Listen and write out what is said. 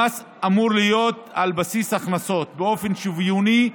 המס אמור להיות על בסיס הכנסות באופן שוויוני ואחיד.